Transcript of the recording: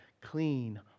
clean